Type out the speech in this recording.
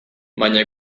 baina